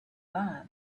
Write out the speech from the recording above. learn